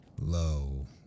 Lo